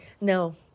No